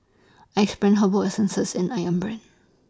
Axe Brand Herbal Essences and Ayam Brand